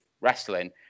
wrestling